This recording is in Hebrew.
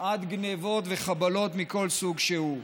עד גנבות וחבלות מכל סוג שהוא.